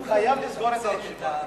הוא חייב לסגור את הישיבה.